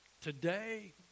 today